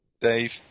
Dave